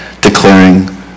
declaring